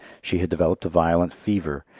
she had developed a violent fever,